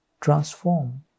transform